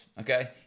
okay